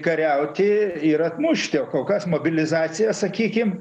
kariauti ir atmušti o kol kaskokios mobilizacija sakykim